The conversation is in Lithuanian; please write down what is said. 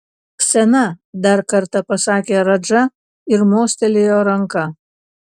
sena dar kartą pasakė radža ir mostelėjo ranka